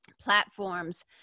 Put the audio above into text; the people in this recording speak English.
platforms